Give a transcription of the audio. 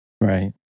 right